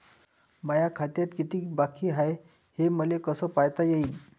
माया खात्यात कितीक बाकी हाय, हे मले कस पायता येईन?